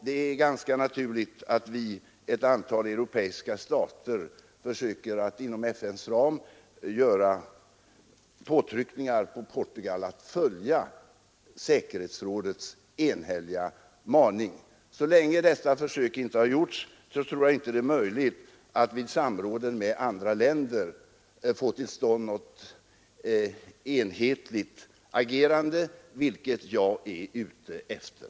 Det är ganska naturligt att vi tillsammans med ett antal andra europeiska stater försöker att inom FN:s ram göra påtryckningar på Portugal att följa säkerhetsrådets enhälliga maning. Så länge detta försök inte har gjorts tror jag inte det är möjligt att vid samråden med andra länder få till stånd något enhetligt agerande, vilket jag är ute efter.